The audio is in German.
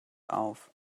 auf